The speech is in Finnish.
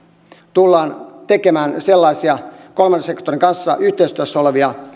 tullaan tekemään sellaisia kolmannen sektorin kanssa yhteistyössä olevia